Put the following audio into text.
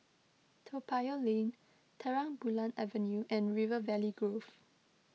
Toa Payoh Lane Terang Bulan Avenue and River Valley Grove